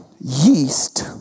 yeast